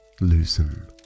loosen